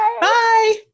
Bye